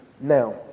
Now